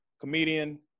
comedian